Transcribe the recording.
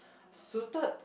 suited